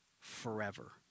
forever